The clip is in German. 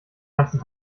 ganzen